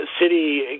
City